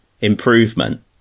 Improvement